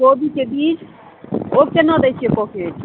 कोबीके बीज ओ केना दै छियै पॉकेट